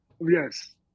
Yes